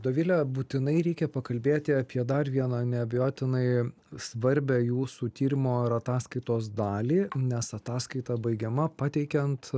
dovile būtinai reikia pakalbėti apie dar vieną neabejotinai svarbią jūsų tyrimo ir ataskaitos dalį nes ataskaita baigiama pateikiant